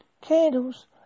candles